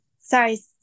sorry